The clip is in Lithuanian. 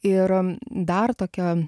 ir dar tokia